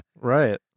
right